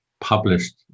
published